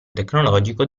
tecnologico